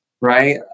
right